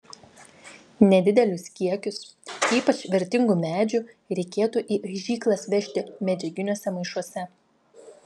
nedidelius kiekius ypač vertingų medžių reikėtų į aižyklas vežti medžiaginiuose maišuose